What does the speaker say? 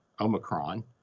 Omicron